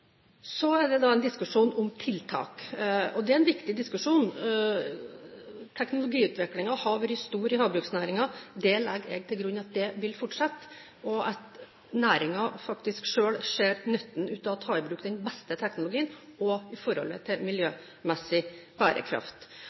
Så er det da en diskusjon om tiltak, og det er en viktig diskusjon. Teknologiutviklingen har vært stor i havbruksnæringen. Jeg legger til grunn at det vil fortsette, og at næringen selv faktisk ser nytten av å ta i bruk den beste teknologien, også i forhold til miljømessig bærekraft.